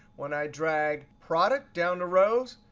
when i drag product down to rows,